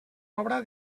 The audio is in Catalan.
obra